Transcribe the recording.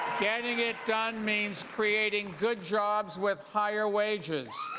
getting it done means creating good jobs with higher wages.